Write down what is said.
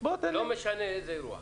לא משנה איזה אירוע.